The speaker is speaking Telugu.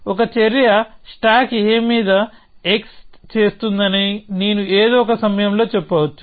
ఒక చర్య స్టాక్ a మీద x చేస్తుందని నేను ఏదో ఒక సమయంలో చెప్పవచ్చు